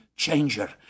changer